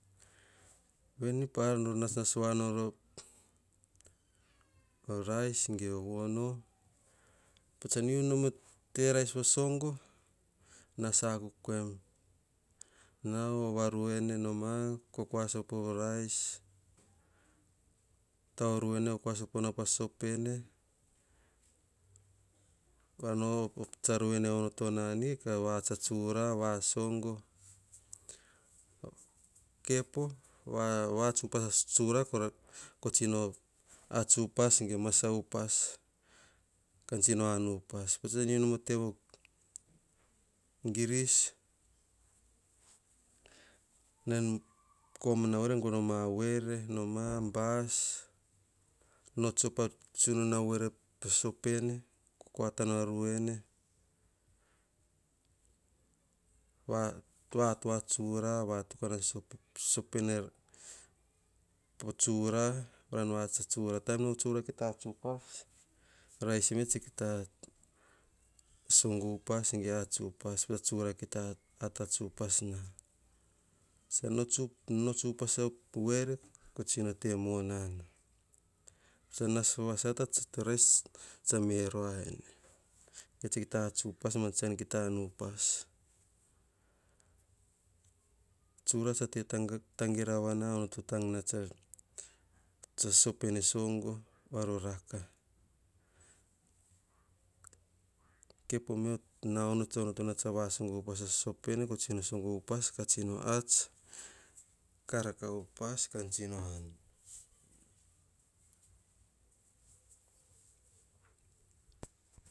Veni pa nor nasnas voa nor a rice ge o vono. Patsan u nom o rice vosogo. Nas akuk em. Nao eve arene kokoa sopo rice. Taoruene kokua sopo nao po rice patsan op na ruene onoto nahi. Vats atsura vasogo. Kepo vats upas atsura. Kotsino ats upas, masa upa kan tsino an upas. Patsan unom o tevo giri. Nao en koma na voere, dema, bass, pots asujuna voere pa susupeno kanuno aruena, vatu a tsura, vatu pa sosopene po tsura, varam va ats a tsura taim na tsura ki ta ats upas rice me kita ats upas ge songo upas ge atats upas taim na tsura ki ta ats upas na. Tso pots upas a were, ka tsi mona na kita ats upas rice tsa merua ene, ki ta ats upas ge eyian ki ta an upas. Tsura tsa tangeravana onoto na tsa sosopene songo, varo raka. Kepo na ona onoto tsa va song upas a sosopene, katsi song upas katsi no ats ka raka upas ka tsi no an.